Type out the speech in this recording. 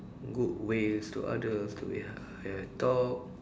good ways to others to ha~ have talk